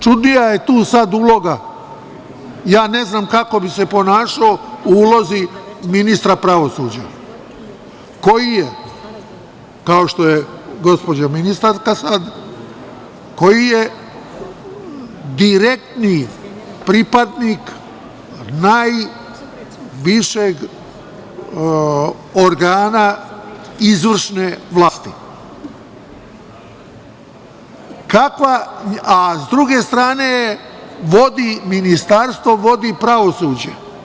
Najčudnija je tu uloga, ja ne znam kako bi se ponašao u ulozi ministra pravosuđa, koji je, kao što je gospođa ministarka sada, koji je direktni pripadnik najvišeg organa izvršne vlasti, a s druge strane, vodi ministarstvo, vodi pravosuđe.